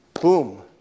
boom